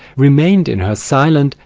remained in her silent,